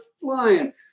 flying